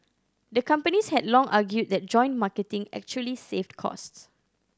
the companies had long argued that joint marketing actually saved costs